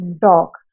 talk